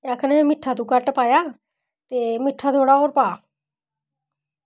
एह् आक्खन तू मिट्ठा घट्ट पाया ते मिट्ठा थोह्ड़ा होर पा